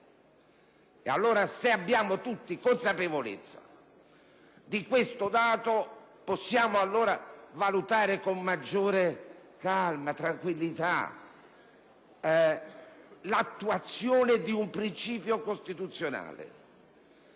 Allora, se abbiamo tutti consapevolezza di questo dato, possiamo valutare con maggiore calma e tranquillità l'attuazione di un principio costituzionale.